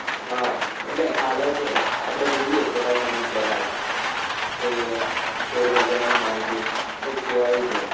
હા એટલે હાલ જ આપણે જોઈએ થોડા સમય પહેલાં જ કે શેર બજારનું માર્કેટ ઊંચું આવ્યું હતું